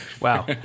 Wow